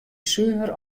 suver